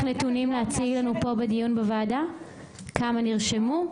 נתונים להציג לנו פה בדיון בוועדה כמה נרשמו,